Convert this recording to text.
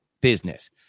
business